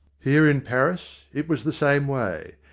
here in paris it was the same way.